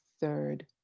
third